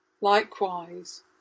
Likewise